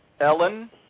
Ellen